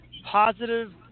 positive